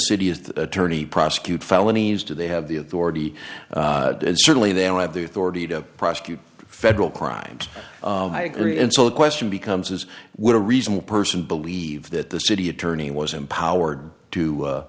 the attorney prosecute felonies do they have the authority certainly they don't have the authority to prosecute federal crimes i agree and so the question becomes is would a reasonable person believe that the city attorney was empowered to